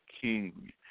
King